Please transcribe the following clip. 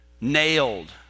nailed